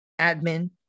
admin